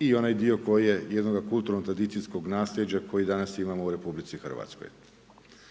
I onaj dio koji je dio kulturno tradicijskog nasljeđa koji danas imamo u Republici Hrvatskoj.